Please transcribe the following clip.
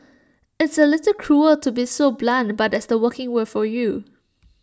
it's A little cruel to be so blunt but that's the working world for you